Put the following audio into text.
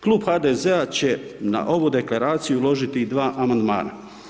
Klub HDZ-a će na ovu deklaraciju uložiti i 2 amandmana.